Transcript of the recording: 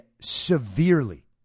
severely